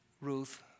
Ruth